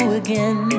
again